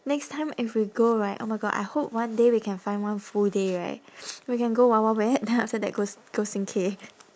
next time if we go right oh my god I hope one day we can find one full day right we can go wild wild wet then after that go s~ go sing K